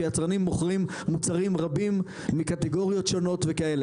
שיצרנים מוכרים מוצרים רבים מקטגוריות שונות וכאלה.